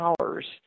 hours –